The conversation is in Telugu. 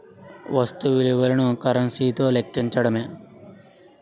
వస్తు విలువను కరెన్సీ తో లెక్కించడమే